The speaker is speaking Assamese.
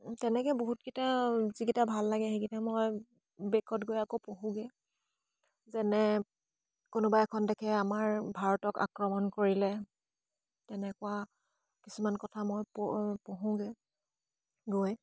তেনেকৈ বহুতকেইটা যিকেইটা ভাল লাগে সেইকেইটা মই বেকত গৈ আকৌ পঢ়োঁগৈ যেনে কোনোবা এখন দেশে আমাৰ ভাৰতক আক্ৰমণ কৰিলে তেনেকুৱা কিছুমান কথা মই প পঢ়োঁগৈ গৈ